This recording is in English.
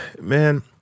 Man